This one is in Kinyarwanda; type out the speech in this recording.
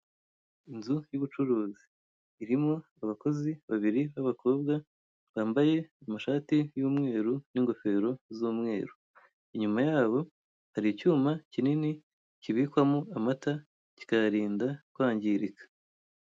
Inzu y'ubucuruzi irimo abakobwa babiri bambaye amashati y'umweru n'ingofero z'umweru, inyuma yaho hari icyuma kinini kibika kibikwamo amata kiakayarinda kwangirika.